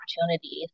opportunities